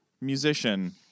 musician